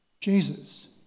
Jesus